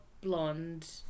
blonde